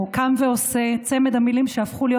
או "קם ועושה" צמד המילים שהפכו להיות